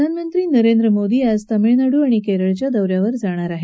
प्रधानमंत्री नरेंद्र मोदी आज तमिळनाडू आणि केरळच्या दौ यावर जाणार आहेत